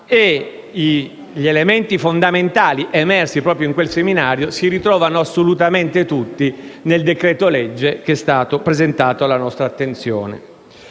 Gli elementi fondamentali emersi in quel seminario si ritrovano assolutamente tutti nel decreto legge presentato alla nostra attenzione.